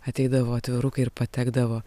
ateidavo atvirukai ir patekdavo